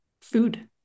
food